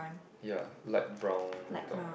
ya light brown dog